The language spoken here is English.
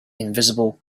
invisible